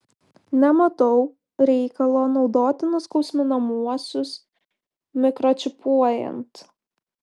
nematau reikalo naudoti nuskausminamuosius mikročipuojant